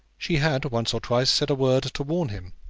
she had once or twice said a word to warn him.